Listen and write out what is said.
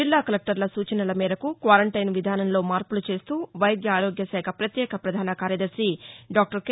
జిల్లా కలెక్టర్ల సూచనల మేరకు క్వారంటైన్ విధాసంలో మార్పులు చేస్తూ వైద్య ఆరోగ్య శాఖ పత్యేక పధాన కార్యదర్శి డాక్లర్ కె